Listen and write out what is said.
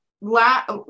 last